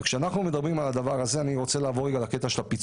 כשאנחנו מדברים על הדבר הזה אני רוצה לעבור לעניין הפיצוי.